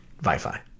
Wi-Fi